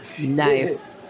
Nice